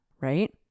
right